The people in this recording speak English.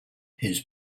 his